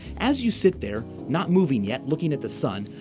as you sit there, not moving yet, looking at the sun,